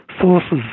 sources